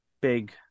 big